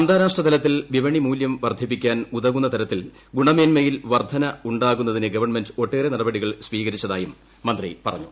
അന്താരാഷ്ട്രതലത്തിൽ വിപണിമൂല്യം വർദ്ധിപ്പിക്കാൻ ഉതകുന്നതരത്തിൽ ഗുണമേന്മയിൽ വർദ്ധന ഉണ്ടാകുന്നതിന് ഗവൺമെന്റ് ഒട്ടേറെ നടപടികൾ സ്വീകരിച്ചതായും മന്ത്രി പറഞ്ഞു